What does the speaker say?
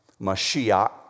Mashiach